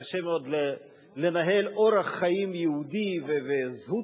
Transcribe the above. קשה מאוד לנהל אורח חיים יהודי וזהות